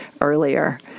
earlier